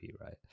right